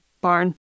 barn